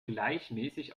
gleichmäßig